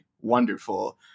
Wonderful